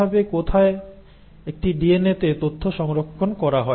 কিভাবে কোথায় একটি ডিএনএতে তথ্য সংরক্ষণ করা হয়